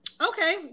Okay